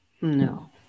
No